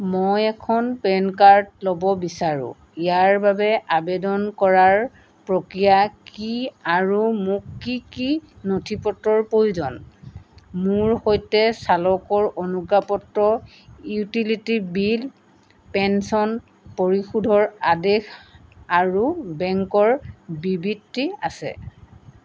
মই এখন PAN card ল'ব বিচাৰোঁ ইয়াৰ বাবে আবেদন কৰাৰ প্ৰক্ৰিয়া কি আৰু মোক কি কি নথিপত্ৰৰ প্ৰয়োজন মোৰ সৈতে চালকৰ অনুজ্ঞাপত্ৰ ইউটিলিটি বিল পেন্সন পৰিশোধৰ আদেশ আৰু বেংকৰ বিবৃতি আছে